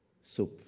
Soup